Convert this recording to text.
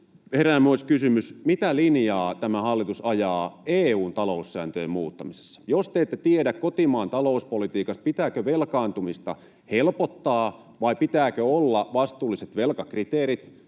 herää myös kysymys, mitä linjaa tämä hallitus ajaa EU:n taloussääntöjen muuttamisessa. Jos te ette tiedä kotimaan talouspolitiikasta sitä, pitääkö velkaantumista helpottaa vai pitääkö olla vastuulliset velkakriteerit,